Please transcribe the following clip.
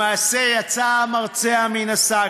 למעשה, יצא המרצע מן השק,